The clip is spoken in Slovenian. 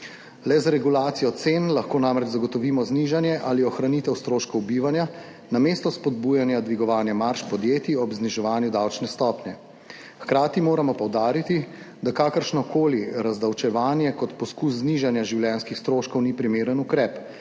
Le z regulacijo cen lahko namreč zagotovimo znižanje ali ohranitev stroškov bivanja namesto spodbujanja dvigovanja marž podjetij ob zniževanju davčne stopnje. Hkrati moramo poudariti, da kakršnokoli razdavčevanje kot poskus znižanja življenjskih stroškov ni primeren ukrep.